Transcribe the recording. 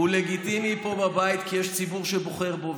הוא לגיטימי פה בבית כי יש ציבור שבוחר בו.